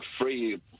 free